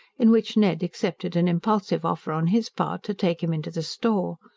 in which ned accepted an impulsive offer on his part to take him into the store.